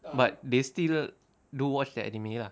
but they still do watch the anime ah